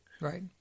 Right